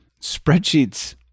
spreadsheets